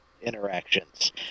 interactions